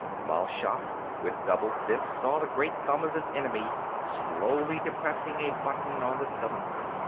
mal shaff, with doubled fists, saw the great thumb of his enemy slowly depressing a button on the cylinder,